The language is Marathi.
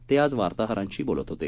ते आज वार्ताहरांशी बोलत होते